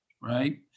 Right